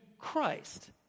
Christ